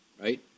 Right